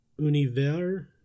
Univer